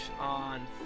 On